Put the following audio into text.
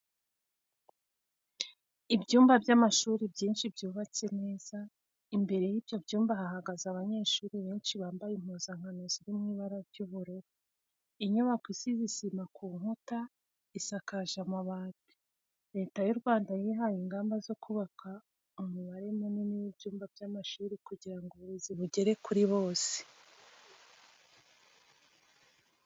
Ibyumba by'amashuri byinshi byubatse neza, imbere y'ibyo byumba hahagaze abanyeshuri benshi bambaye impuzankano ziri mu mabara y'ubururu n'umweru. Inyubako isize isima ku nkuta, isakaje amabati. Leta y'u Rwanda yihaye ingamba zo kubaka umubare munini w'ibyumba by'amashuri kugira ngo uburezi bugere kuri bose.